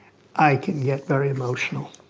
i can get very emotional.